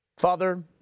Father